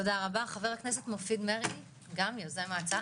תודה רבה חבר הכנסת מופיד מרעי גם יוזם ההצעה,